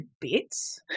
bits